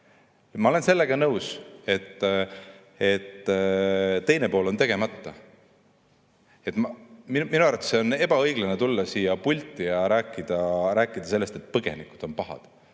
Ma olen nõus, et teine pool on tegemata. Minu arvates on ebaõiglane tulla siia pulti ja rääkida sellest, et põgenikud on pahad,